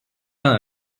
pas